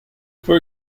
for